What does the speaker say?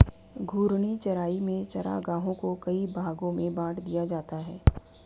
घूर्णी चराई में चरागाहों को कई भागो में बाँट दिया जाता है